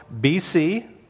BC